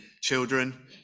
children